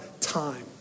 time